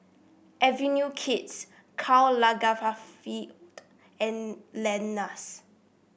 Avenue Kids Karl Lagerfeld and Lenas